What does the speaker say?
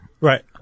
Right